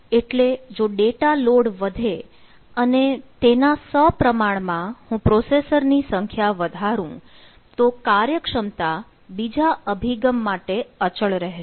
એટલે જો data load વધે અને તેના સપ્રમાણમાં હું પ્રોસેસર ની સંખ્યા વધારું તો કાર્યક્ષમતા બીજા અભિગમ માટે અચળ રહેશે